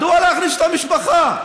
מדוע להעניש את המשפחה?